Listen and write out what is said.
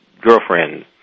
girlfriend